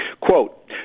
Quote